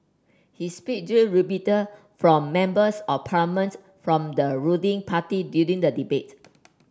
he speech drew rebuttal from Members of Parliament from the ruling party during the debate